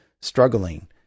struggling